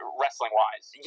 wrestling-wise